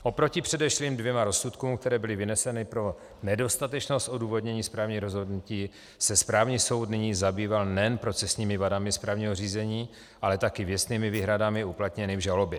Oproti předešlým dvěma rozsudkům, které byly vyneseny pro nedostatečnost odůvodnění správních rozhodnutí, se správní soud nyní zabýval nejen procesními vadami správního řízení, ale také věcnými výhradami uplatněnými v žalobě.